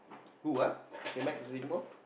who ah came back to Singapore